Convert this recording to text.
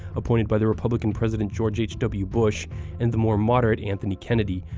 appointed by the republican president george h w. bush and the more moderate anthony kennedy,